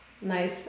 nice